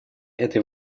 этой